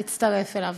להצטרף אליו.